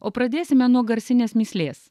o pradėsime nuo garsinės mįslės